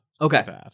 okay